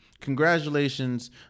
Congratulations